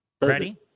Ready